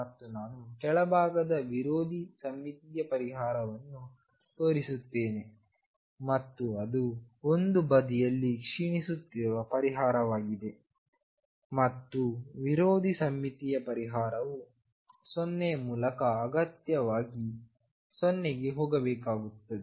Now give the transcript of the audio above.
ಮತ್ತು ನಾನು ಕೆಳಭಾಗದ ವಿರೋಧಿ ಸಮ್ಮಿತೀಯ ಪರಿಹಾರವನ್ನು ತೋರಿಸುತ್ತೇನೆ ಮತ್ತು ಅದು ಒಂದು ಬದಿಯಲ್ಲಿ ಕ್ಷೀಣಿಸುತ್ತಿರುವ ಪರಿಹಾರವಾಗಿದೆ ಮತ್ತು ವಿರೋಧಿ ಸಮ್ಮಿತೀಯ ಪರಿಹಾರವು 0 ಮೂಲಕ ಅಗತ್ಯವಾಗಿ 0 ಗೆ ಹೋಗಬೇಕಾಗುತ್ತದೆ